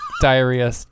diarrhea